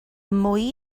mwy